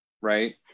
right